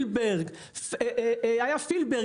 היה פילבר,